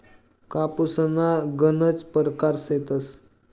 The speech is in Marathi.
कापूसना गनज परकार शेतस